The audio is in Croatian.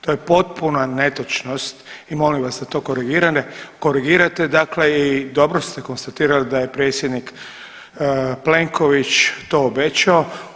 To je potpuna netočnost i molim vas da to korigirate, dakle i dobro ste konstatirali da je predsjednik Plenković to obećao.